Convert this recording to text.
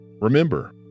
Remember